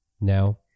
Now